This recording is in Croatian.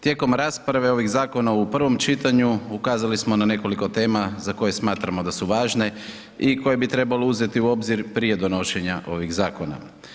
Tijekom rasprave ovih zakona u prvom čitanju ukazali smo na nekoliko tema za koje smatramo da su važne i koje bi trebalo uzeti u obzir prije donošenja ovih zakona.